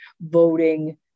voting